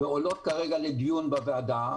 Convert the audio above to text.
ועולות כרגע לדיון בוועדה,